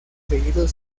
seguido